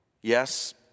Yes